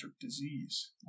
disease